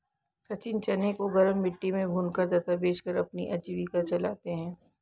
सचिन चने को गरम मिट्टी में भूनकर तथा बेचकर अपनी आजीविका चलाते हैं